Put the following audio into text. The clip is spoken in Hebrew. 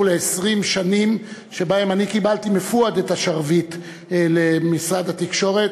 ל-20 שנים שבהן אני קיבלתי מפואד את השרביט למשרד התקשורת,